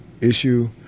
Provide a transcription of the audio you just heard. issue